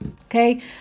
Okay